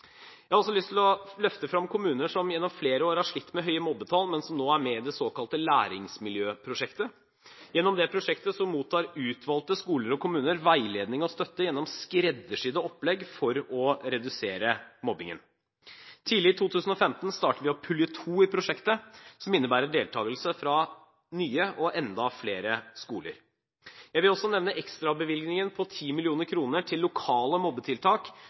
Jeg har også lyst til å løfte frem kommuner som gjennom flere år har slitt med høye mobbetall, men som nå er med i det såkalte læringsmiljøprosjektet. Gjennom det prosjektet mottar utvalgte skoler og kommuner veiledning og støtte gjennom skreddersydde opplegg for å redusere mobbingen. Tidlig i 2015 starter vi opp pulje 2 i prosjektet, som innebærer deltagelse fra nye og enda flere skoler. Jeg vil også nevne ekstrabevilgningen på 10 mill. kr til lokale mobbetiltak